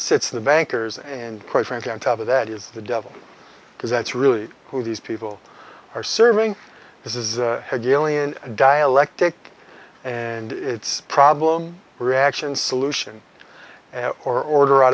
sits in the banker's and quite frankly on top of that is the devil because that's really who these people are serving this is only an dialectic and it's problem reaction solution or order out